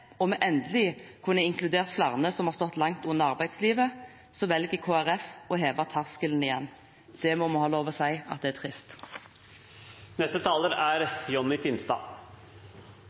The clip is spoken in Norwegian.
og vi endelig kunne inkludert flere som har stått langt unna arbeidslivet, velger Kristelig Folkeparti å heve terskelen igjen. Det må vi ha lov til å si at er